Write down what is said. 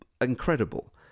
incredible